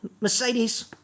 Mercedes